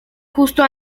justo